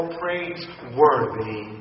praiseworthy